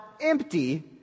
empty